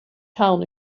town